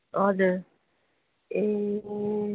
हजुर ए